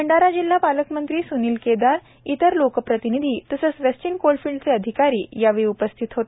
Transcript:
भंडारा जिल्हा पालकमंत्री स्नील केदार इतर लोकप्रतिनिधी तसेच वेस्टर्न कोलफिल्डचे अधिकारी यावेळी उपस्थित होते